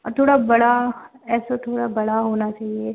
और थोड़ा बड़ा ऐसे थोड़ा बड़ा होना चाहिए